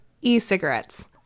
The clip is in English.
e-cigarettes